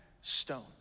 stone